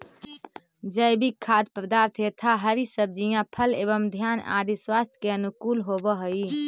जैविक खाद्य पदार्थ यथा हरी सब्जियां फल एवं धान्य आदि स्वास्थ्य के अनुकूल होव हई